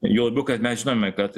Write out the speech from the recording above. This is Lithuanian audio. juo labiau kad mes žinome kad